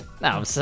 No